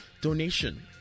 donation